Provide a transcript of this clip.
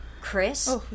Chris